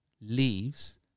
leaves